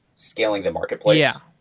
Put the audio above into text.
scaling the marketplace? yeah.